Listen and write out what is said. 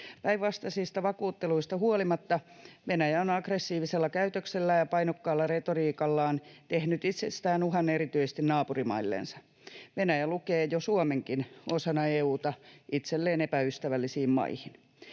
Päinvastaisista vakuutteluista huolimatta Venäjä on aggressiivisella käytöksellään ja painokkaalla retoriikallaan tehnyt itsestään uhan erityisesti naapurimailleen. Venäjä lukee jo Suomenkin osana EU:ta itselleen epäystävällisiin maihin.